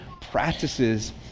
practices